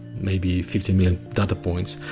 maybe fifteen million data points,